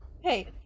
Hey